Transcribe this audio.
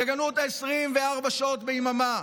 תגנו אותה 24 שעות ביממה,